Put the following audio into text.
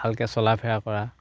ভালকে চলা ফেৰা কৰা